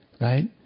right